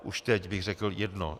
Už teď bych řekl jedno.